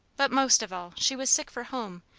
but most of all she was sick for home,